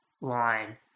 line